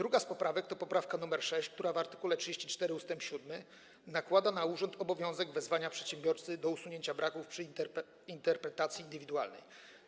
Kolejna poprawka to poprawka nr 6, która w art. 34 ust. 7 nakłada na urząd obowiązek wezwania przedsiębiorcy do usunięcia braków przy interpretacji indywidualnej.